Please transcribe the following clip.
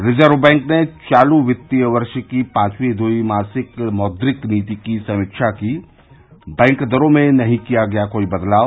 reserve bank ने चालू वित्त वर्ष की पांचवीं द्विमासिक मौद्रिक नीति की समीक्षा की बैंक दरों में नहीं किया गया कोई बदलाव